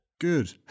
Good